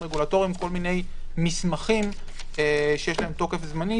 רגולטוריים כל מיני מסמכים שיש להם תוקף זמני,